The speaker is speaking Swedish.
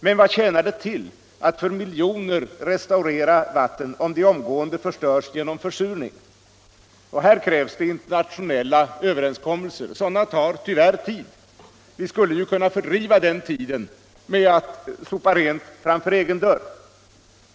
Men vad tjänar det till att för miljoner restaurera vatten, om de omgående förstörs genom försurning? Här krävs det internationella överenskommelser, och sådana tar tyvärr tid. Vi skulle ju kunna fördriva den tiden med att sopa rent framför egen dörr.